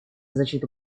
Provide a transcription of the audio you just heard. защиту